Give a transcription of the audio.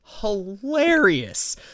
hilarious